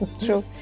true